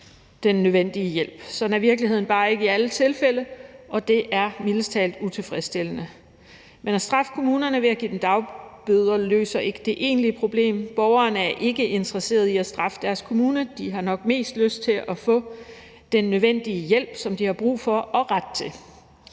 den nødvendige hjælp. Sådan er virkeligheden bare ikke i alle tilfælde, og det er mildest talt utilfredsstillende. Men at straffe kommunerne ved at give dem dagbøder løser ikke det egentlige problem. Borgerne er ikke interesserede i at straffe deres kommune, de har nok mest lyst til at få den nødvendige hjælp, som de har brug for og ret til.